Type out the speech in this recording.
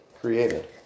created